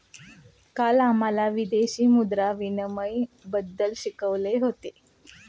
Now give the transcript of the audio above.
काल आम्हाला विदेशी मुद्रा विनिमयबद्दल शिकवले होते